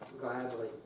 gladly